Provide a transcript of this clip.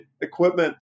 equipment